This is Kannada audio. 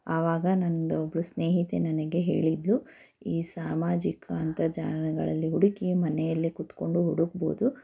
ಆವಾಗ ನನ್ನದು ಒಬ್ಬಳು ಸ್ನೇಹಿತೆ ನನಗೆ ಹೇಳಿದ್ಲು ಈ ಸಾಮಾಜಿಕ ಅಂತರ್ಜಾಲಗಳಲ್ಲಿ ಹುಡುಕಿ ಮನೆಯಲ್ಲೇ ಕೂತ್ಕೊಂಡು ಹುಡ್ಕ್ಬೋದು